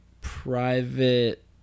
private